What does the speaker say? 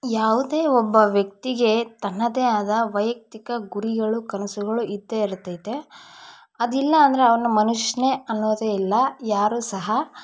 ಯಾವುದೇ ಒಬ್ಬ ವ್ಯಕ್ತಿಗೆ ತನ್ನದೇ ಆದ ವೈಯಕ್ತಿಕ ಗುರಿಗಳು ಕನಸುಗಳು ಇದ್ದೇ ಇರುತೈತೆ ಅದಿಲ್ಲ ಅಂದರೆ ಅವನು ಮನುಷ್ಯ ಅನ್ನೋದೇ ಇಲ್ಲ ಯಾರೂ ಸಹ